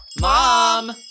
Mom